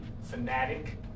Fanatic